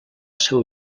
seu